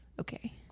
okay